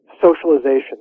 socialization